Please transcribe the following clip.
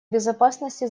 безопасности